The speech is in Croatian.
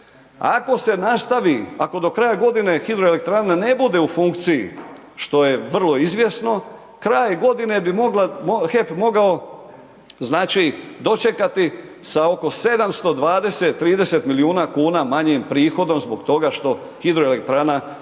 Ako se nastavi, ako do kraja godine, hidroelektrana ne bude u funkciji, što je vrlo izvjesno, kraj godine, bi HEP mogao dočekati sa oko 720, 30 milijuna kuna manjim prihodom, zbog toga što hidroelektrana